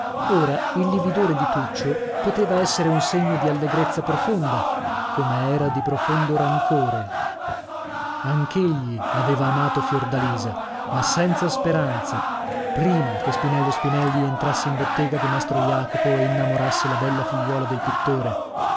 ora il lividore di tuccio poteva essere un segno di allegrezza profonda come era di profondo rancore anch'egli aveva amato fiordalisa ma senza speranza prima che spinello spinelli entrasse in bottega di mastro jacopo e innamorasse la bella figliuola del pittore